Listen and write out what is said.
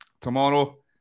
tomorrow